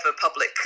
public